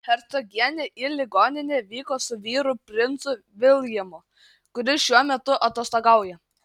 hercogienė į ligoninę vyko su vyru princu viljamu kuris šiuo metu atostogauja